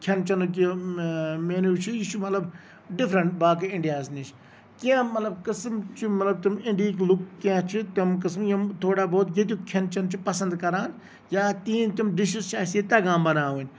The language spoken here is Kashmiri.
کھٮ۪ن چٮ۪نُک یہِ مینو چھُ یہِ چھُ مطلب ڈِفرنٹ مطلب باقی اِنڈیاہَس نِش کیٚنہہ مطلب قٔسٕم چھِ مطلب تِم اِنڈِہٕکۍ لُکھ کیٚنٛہہ چھِ تِم قٔسٕم یِم تھوڑا بہت ییٚتیُک کھٮ۪ن چٮ۪ن چھِ پَسند کران یا تِہِند تِم ڈِشٔز چھِ اَسہِ ییٚتہِ تَگان بَناونۍ